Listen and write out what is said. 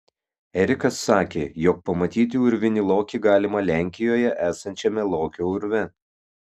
erikas sakė jog pamatyti urvinį lokį galima lenkijoje esančiame lokio urve